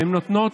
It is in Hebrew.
והן נותנות,